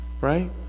right